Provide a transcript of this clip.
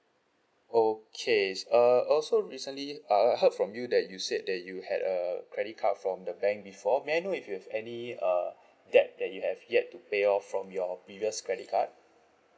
okay err also recently uh I heard from you that you said that you had a a credit card from the bank before may I know if you have any err debt that you have yet to pay off from your previous credit card